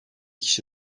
kişi